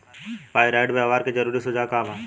Pyrite व्यवहार के जरूरी सुझाव का वा?